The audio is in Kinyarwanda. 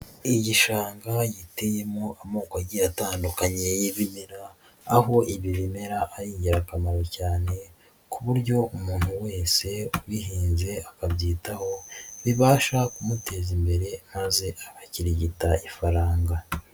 Igishanga giteyemo amoko agiye atandukanye y'ibimera, aho ibi bimera ari ingirakamaro cyane ku buryo umuntu wese ubihinze akabyitaho, bibasha kumuteza imbere maze agakirigita ifaranga.